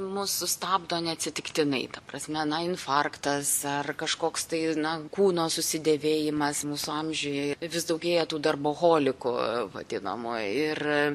mus sustabdo ne atsitiktinai ta prasme na infarktas ar kažkoks tai na kūno susidėvėjimas mūsų amžiuje vis daugėja tų darboholikų vadinamų ir